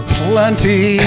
plenty